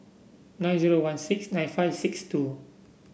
nine zero one six nine five six two